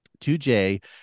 2J